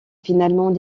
finalement